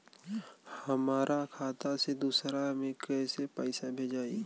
हमरा खाता से दूसरा में कैसे पैसा भेजाई?